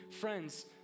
Friends